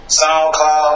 soundcloud